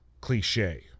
cliche